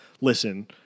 listen